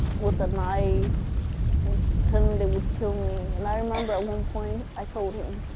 with a knife telling me they would kill me. and i remember at one point i told him,